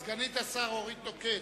תשיב סגנית השר אורית נוקד.